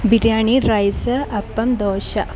biryani rice appam dosa